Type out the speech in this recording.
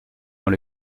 dans